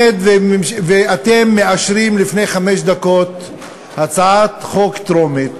ואתם מאשרים לפני חמש דקות הצעת חוק טרומית